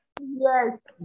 Yes